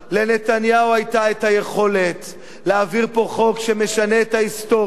לנתניהו היתה היכולת להעביר פה חוק שמשנה את ההיסטוריה,